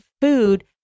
food